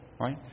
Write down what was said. right